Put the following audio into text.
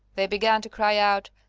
they began to cry out,